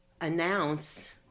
announce